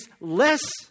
less